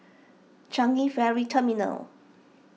Changi Ferry Terminal